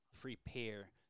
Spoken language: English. prepare